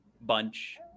bunch